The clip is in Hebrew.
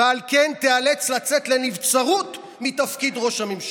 ועל כן תיאלץ לצאת לנבצרות מתפקיד ראש הממשלה.